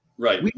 Right